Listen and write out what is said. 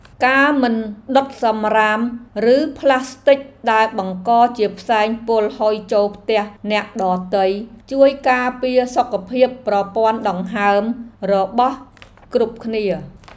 ការមិនដុតសំរាមឬប្លាស្ទិកដែលបង្កជាផ្សែងពុលហុយចូលផ្ទះអ្នកដទៃជួយការពារសុខភាពប្រព័ន្ធដង្ហើមរបស់គ្រប់គ្នា។